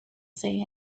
say